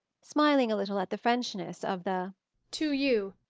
smiling a little at the frenchness of the to you.